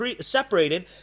separated